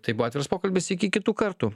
tai buvo atviras pokalbis iki kitų kartų